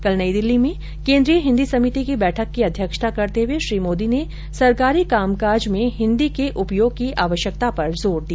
कल नई दिल्ली में केन्द्रीय हिन्दी समिति की बैठक की अध्यक्षता करते हुए श्री मोदी ने सरकारी कामकाज में हिन्दी के उपयोग की आवश्यकता पर जोर दिया